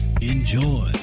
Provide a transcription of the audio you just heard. enjoy